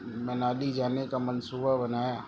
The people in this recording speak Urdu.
منالی جانے کا منصوبہ بنایا